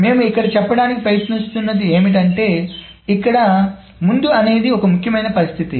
మేము ఇక్కడ చెప్పడానికి ప్రయత్నిస్తున్నది ఏమిటంటే ఇక్కడ ముందు అనేది ఈ ముఖ్యమైన పరిస్థితి